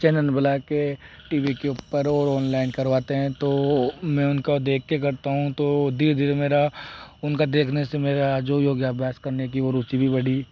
channel बनाके T V के ऊपर ओ ऑनलाइन करवाते हैं तो मैं उनका देखके करता हूँ तो धीरे धीरे मेरा उनका देखने से मेरा जो योग अभ्यास करने की वो रुचि भी बड़ी